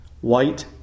white